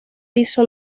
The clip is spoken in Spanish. piso